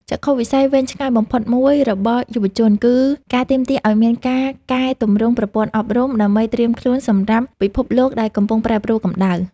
ចក្ខុវិស័យវែងឆ្ងាយបំផុតមួយរបស់យុវជន គឺការទាមទារឱ្យមានការកែទម្រង់ប្រព័ន្ធអប់រំ ដើម្បីត្រៀមខ្លួនសម្រាប់ពិភពលោកដែលកំពុងប្រែប្រួលកម្ដៅ។